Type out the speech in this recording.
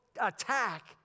attack